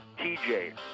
tj